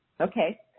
Okay